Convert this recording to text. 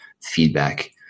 feedback